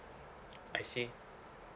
I see